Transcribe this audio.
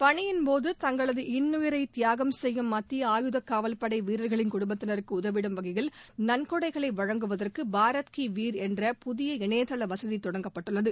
பணியின்போது தங்களது இன்னுயிரை தியாகம் செய்யும் மத்திய ஆயுத காவல்படை வீரா்களின் குடும்பத்தினருக்கு உதவிடும் வகையில் நன்கொடைகளை வழங்குவதற்கு பாரத் கீ வீர் என்ற புதிய இணைதள வசதி தொடங்கப்பட்டுள்ளது